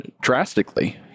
drastically